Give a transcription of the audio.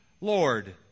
Lord